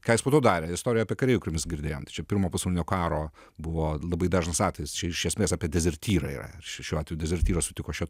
ką jis po to darė istoriją apie karį kurios girdėjom tai čia pirmo pasaulinio karo buvo labai dažnas atvejis čia iš esmės apie dezertyrą yra ir šiuo dezertyras sutiko šią